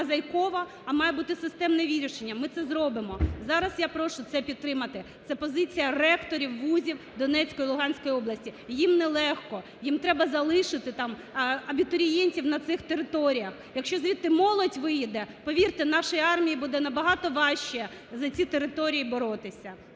мозаїково, а має бути системне вирішення. Ми це зробимо. Зараз я прошу це підтримати. Це позиція ректорів вузів Донецької і Луганської областей. Їм нелегко, їм треба залишити там абітурієнтів на цих територіях. Якщо звідти молодь виїде, повірте, нашій армії буде набагато важке за ці території боротись.